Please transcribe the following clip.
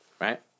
Right